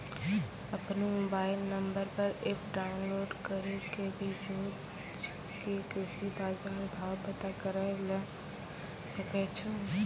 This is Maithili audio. आपनो मोबाइल नंबर पर एप डाउनलोड करी कॅ भी रोज के कृषि बाजार भाव पता करै ल सकै छो